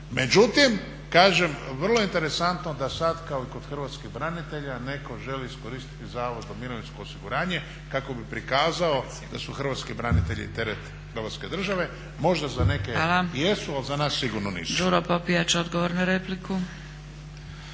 Međutim, kažem vrlo interesantno da sad kao i kod Hrvatskih branitelja neko želi iskoristi Zavod za mirovinsko osiguranje kako bi prikazao da su Hrvatski branitelji teret Hrvatske države, možda za neke i jesu ali za nas sigurno nisu.